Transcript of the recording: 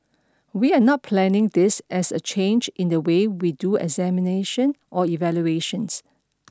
we are not planning this as a change in the way we do examination or evaluations